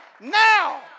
now